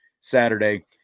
saturday